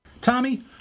Tommy